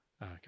okay